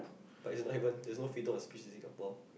but its like even there's no freedom of speech in Singapore